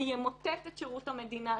זה ימוטט את שירות המדינה,